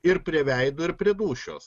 ir prie veido ir prie dūšios